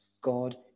God